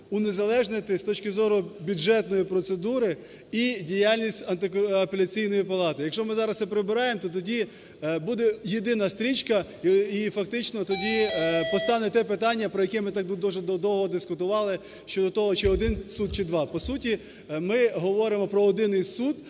унезалежнити, з точки зору бюджетної процедури, і діяльність Апеляційної палати. Якщо ми зараз це прибираємо, то тоді буде єдина стрічка і фактично тоді постане те питання, про яке ми так довго дискутували щодо того чи один суд, чи два. По суті, ми говоримо про один суд,